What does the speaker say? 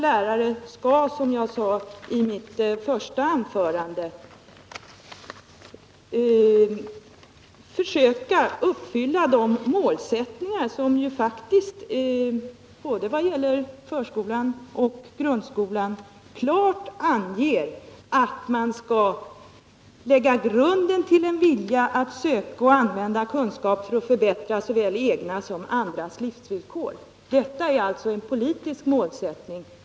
De skall, som jag sade i mitt första anförande, försöka uppfylla de målsättningar som faktiskt, både när det gäller förskolan och grundskolan, klart anger att de hos barnen skall lägga grunden till en vilja att söka och använda kunskap för att förbättra såväl egna som andras livsvillkor. Detta är en politisk målsättning.